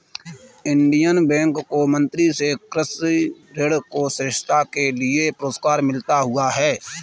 Indian bank को मंत्री से कृषि ऋण में श्रेष्ठता के लिए पुरस्कार मिला हुआ हैं